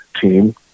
team